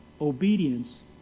Obedience